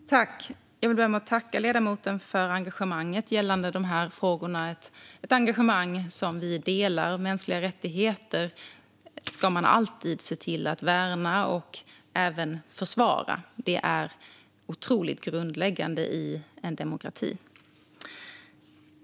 Fru talman! Jag vill börja med att tacka ledamoten för engagemanget gällande de här frågorna, ett engagemang som vi delar. Mänskliga rättigheter ska man alltid se till att värna och även försvara. Det är otroligt grundläggande i en demokrati.